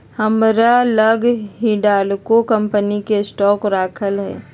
हमरा लग हिंडालको कंपनी के स्टॉक राखल हइ